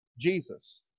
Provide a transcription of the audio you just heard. Jesus